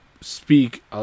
speak